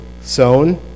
sown